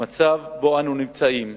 במצב שבו אנו נמצאים,